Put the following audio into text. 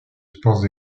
sports